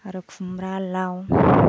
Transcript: आरो खुमब्रा लाव